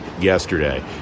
yesterday